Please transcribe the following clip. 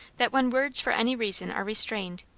that when words for any reason are restrained,